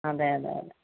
അതെ അതെ അതെ